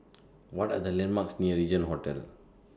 What Are The landmarks near Regin Hotel